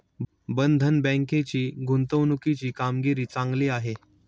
बंधन बँकेची गुंतवणुकीची कामगिरी चांगली आहे